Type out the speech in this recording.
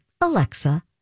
Alexa